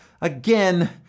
Again